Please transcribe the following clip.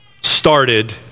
started